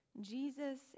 Jesus